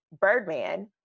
Birdman